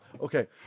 Okay